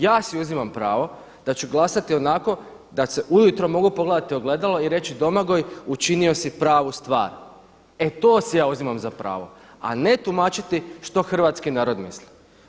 Ja si uzimam pravo da ću glasati da se ujutro mogu pogledati u ogledalo i reći Domagoj učinio si pravu stvar, e to si ja uzimam za pravo, a ne tumačiti što hrvatski narod misli.